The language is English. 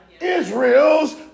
Israel's